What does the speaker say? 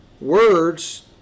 words